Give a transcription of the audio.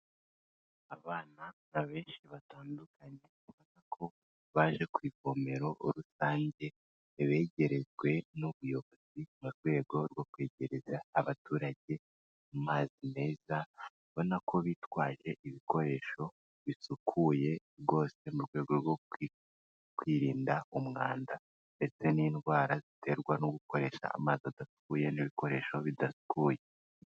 Abana benshi batandukanye bemeza ko baje kugomero rusange begerejwe n'ubuyobozi mu rwego rwo kwegereza abaturage amazi meza. Ubona ko bitwaje ibikoresho bisukuye rwose mu rwego rwo kwirinda umwanda, ndetse n'indwara ziterwa no gukoresha amazi adasukuye n'ibikoresho bidasukuye.